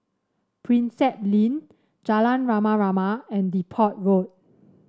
Prinsep Link Jalan Rama Rama and Depot Road